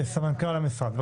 סמנכ"ל המשרד, אלעד עמיחי,